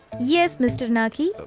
yes. mr naki.